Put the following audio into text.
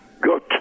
Good